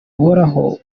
uhoraho